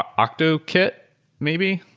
octokit maybe.